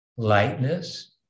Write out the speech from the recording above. lightness